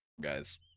guys